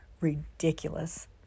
ridiculous